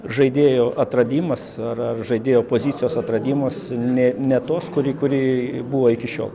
žaidėjo atradimas ar ar žaidėjo pozicijos atradimas ne ne tos kuri kuri buvo iki šiol